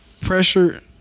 pressure